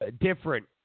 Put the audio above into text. different